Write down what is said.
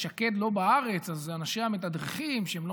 שקד לא בארץ, אז אנשיה מתדרכים שהם לא